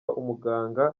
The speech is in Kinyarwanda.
umuganga